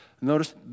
Notice